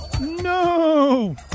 no